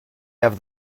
have